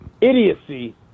idiocy